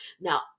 now